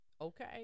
Okay